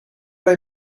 what